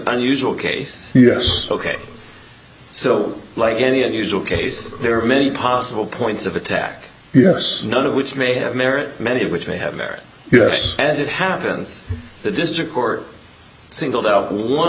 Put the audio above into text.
unusual case yes ok so like any unusual case there are many possible points of attack yes none of which may merit many of which may have merit yes as it happens the district court singled out one